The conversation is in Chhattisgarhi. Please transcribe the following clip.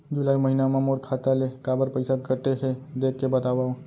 जुलाई महीना मा मोर खाता ले काबर पइसा कटे हे, देख के बतावव?